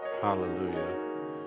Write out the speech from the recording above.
hallelujah